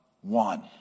one